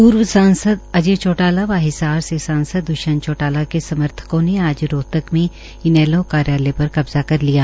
पूर्व सांसद अजय चौटाला व हिसार से सांसद दृष्यंत चौटाला के समर्थकों ने आज रोहतक में इनैलो कार्यालय पर कब्जा कर लिया